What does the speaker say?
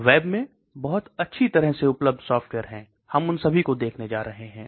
web में बहुत अच्छी तरह से उपलब्ध सॉफ्टवेअर हैं हम उन सभी को देखने जा रहे हैं